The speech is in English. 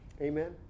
Amen